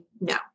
no